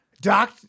Doc